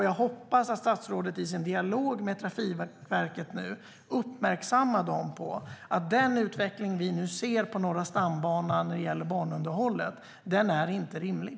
Jag hoppas att statsrådet i sin dialog med Trafikverket uppmärksammar dem på att den utveckling vi nu ser på Norra stambanan när det gäller banunderhållet inte är rimlig.